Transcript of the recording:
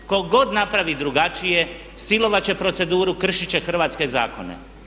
Tko god napravi drugačije silovati će proceduru, kršiti će hrvatske zakone.